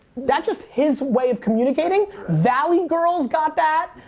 that's just his way of communicating. valley girls got that.